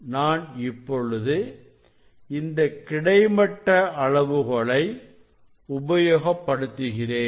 நான் இப்பொழுது இந்த கிடைமட்ட அளவுகோலை உபயோகப் படுத்துகிறேன்